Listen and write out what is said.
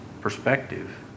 perspective